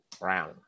Brown